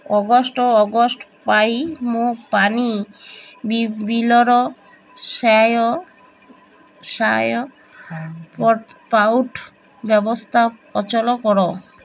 August ଓ August ପାଇଁ ମୋର ପାଣି ବିଲ୍ର ବ୍ୟବସ୍ଥା ଅଚଳ କର